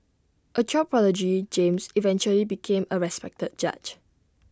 A child prodigy James eventually became A respected judge